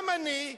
גם אני,